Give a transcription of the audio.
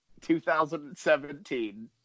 2017